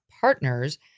Partners